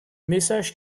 message